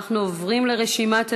אנחנו עוברים לרשימת הדוברים.